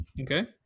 Okay